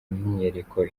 myiyerekano